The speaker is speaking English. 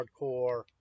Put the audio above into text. hardcore